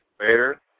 Later